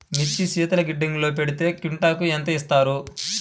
మిర్చి శీతల గిడ్డంగిలో పెడితే క్వింటాలుకు ఎంత ఇస్తారు?